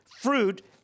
fruit